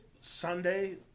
Sunday